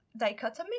dichotomic